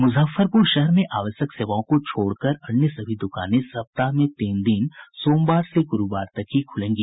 मुजफ्फरपुर शहर में आवश्यक सेवाओं को छोड़कर अन्य सभी द्वकानें सप्ताह में तीन दिन सोमवार से गुरूवार तक ही खुलेंगी